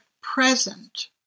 present